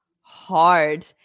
hard